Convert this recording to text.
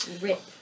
Rip